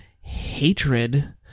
hatred